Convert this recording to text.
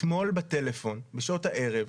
אתמול בטלפון בשעות הערב,